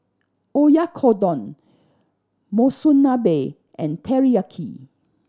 Oyakodon Monsunabe and Teriyaki